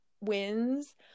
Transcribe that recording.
wins